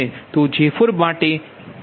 તો J4માટે હશે